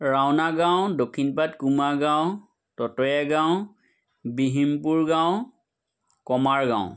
ৰাওনা গাঁও দক্ষিণপাত কুমাৰ গাঁও ততয়াগাঁও বিহীমপুৰ গাঁও কমাৰ গাঁও